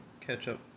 ketchup